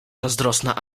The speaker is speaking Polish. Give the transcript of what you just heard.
zazdrosna